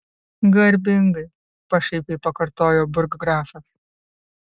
garbingai pašaipiai pakartojo burggrafas